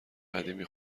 قدیمی